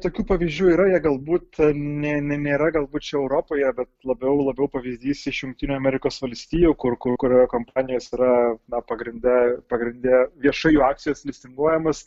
tokių pavyzdžių yra jie galbūt ne ne nėra galbūt čia europoje bet labiau labiau pavyzdys iš jungtinių amerikos valstijų kur kur kur kompanijos yra na pagrinde pagrinde viešai jų akcijos listinguojamos